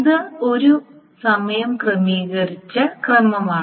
ഇത് ഒരു സമയം ക്രമീകരിച്ച ക്രമമാണ്